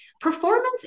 performance